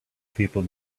people